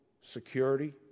security